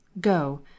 Go